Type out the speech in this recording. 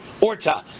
Orta